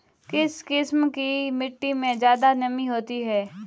किस किस्म की मिटटी में ज़्यादा नमी होती है?